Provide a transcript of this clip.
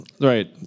right